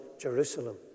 Jerusalem